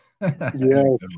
Yes